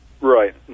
Right